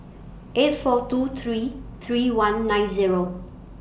eight four two three three one nine Zero